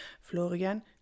Florian